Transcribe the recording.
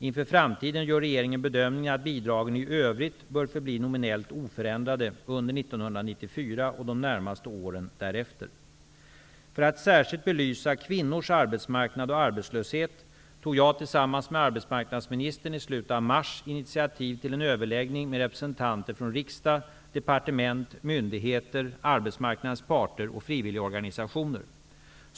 Inför framtiden gör regeringen bedömningen att bidragen i övrigt bör förbli nominellt oförändrade under 1994 och de närmaste åren därefter. För att särskilt belysa kvinnors arbetsmarknad och arbetslöshet tog jag tillsammans med arbetsmarknadsministern i slutet av mars initiativ till en överläggning med representanter från riksdag, departement, myndigheter, arbetsmarknadens parter och frivilligorganisationer.